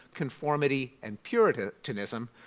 conformity and puritanism,